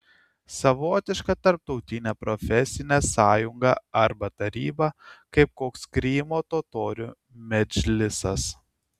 savotiška tarptautinė profesinė sąjunga arba taryba kaip koks krymo totorių medžlisas